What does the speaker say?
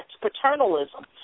paternalism